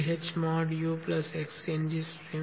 ch mod u x ngsim